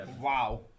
Wow